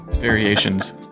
Variations